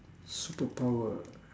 superpower